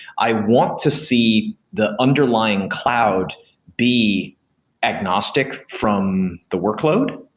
i want to see the underlying cloud be agnostic from the workload.